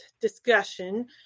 discussion